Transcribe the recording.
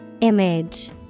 Image